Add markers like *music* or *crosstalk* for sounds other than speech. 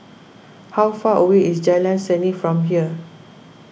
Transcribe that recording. *noise* how far away is Jalan Seni from here